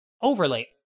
overlay